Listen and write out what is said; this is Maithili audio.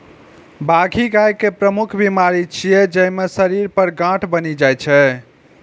बाघी गाय के प्रमुख बीमारी छियै, जइमे शरीर पर गांठ बनि जाइ छै